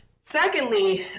Secondly